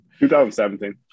2017